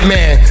Man